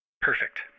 Perfect